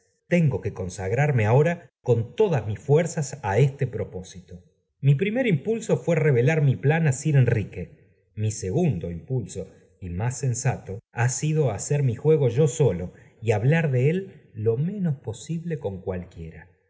tengo que consagrarme ahora con todas inis fuerzas á este propósito mi primer impulso fuó revelar mi plan á sir enrique mi segundo impulso y más sensato ha sido hacer mi juego yo solo y hablar de él lo menos posible con cualquiera